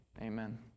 Amen